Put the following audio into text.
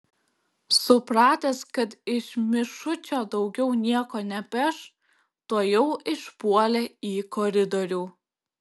supratęs kad iš mišučio daugiau nieko nepeš tuojau išpuolė į koridorių